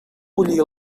bullir